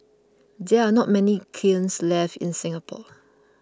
there are not many kilns left in Singapore